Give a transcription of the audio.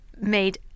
made